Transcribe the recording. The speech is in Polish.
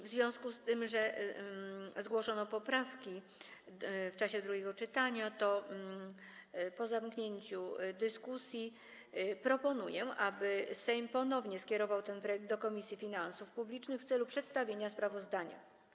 W związku z tym, że zgłoszono poprawki w czasie drugiego czytania, po zamknięciu dyskusji proponuję, aby Sejm ponownie skierował ten projekt do Komisji Finansów Publicznych w celu przedstawienia sprawozdania.